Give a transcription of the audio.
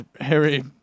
Harry